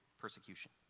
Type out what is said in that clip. persecution